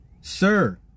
sir